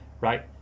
right